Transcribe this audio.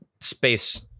space